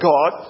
God